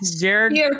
jared